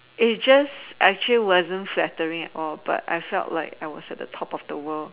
it just actually wasn't flattering but I felt like I was on top of the world